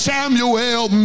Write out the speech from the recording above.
Samuel